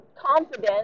confident